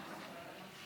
היושבת-ראש,